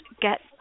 get